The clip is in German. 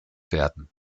werden